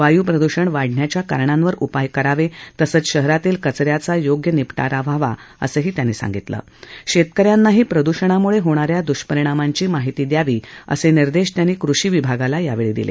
वायू प्रदुषण वाढण्याच्या कारणांवर उपाय करावे तसंच शहरातील कच याचं योग्य निपटारा व्हावा असं त्यांनी सांगितलं शेतक यांनाही प्रदुषणामुळे होणा या दुष्परिणामाची माहिती द्यावी असे निर्देश त्यांनी कृषी विभागाला दिले